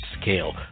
scale